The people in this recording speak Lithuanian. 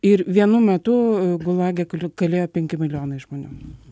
ir vienu metu gulage kali kalėjo penki milijonai žmonių